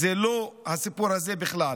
זה לא הסיפור הזה בכלל.